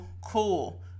cool